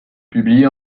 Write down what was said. publié